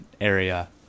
area